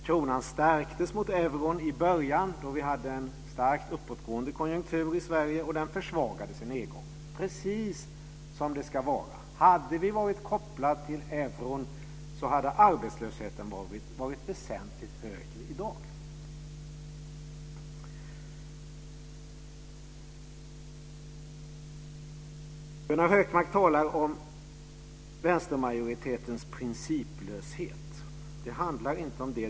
Kronan stärktes mot euron i början då vi hade en starkt uppåtgående konjunktur i Sverige, och den försvagades i nedgången precis som det ska vara. Hade vi varit kopplade till euron hade arbetslösheten varit väsentligt högre i dag. Gunnar Hökmark talar om vänstermajoritetens principlöshet. Det handlar inte om det.